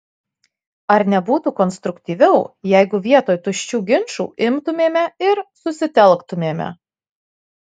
ar nebūtų konstruktyviau jeigu vietoj tuščių ginčų imtumėme ir susitelktumėme